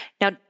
Now